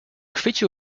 chwycił